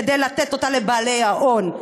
כדי לתת אותה לבעלי ההון.